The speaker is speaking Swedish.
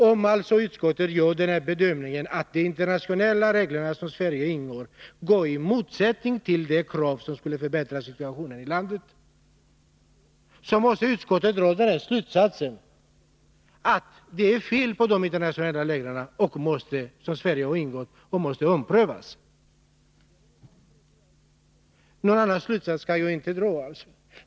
Om utskottet gör denna bedömning, att de internationella regler som Sverige godtagit står i motsättning till regler som skulle förbättra situationen i landet, måste utskottet dra den slutsatsen att det är fel på dessa internationella regler och att de måste omprövas. Någon annan slutsats kan jag inte dra.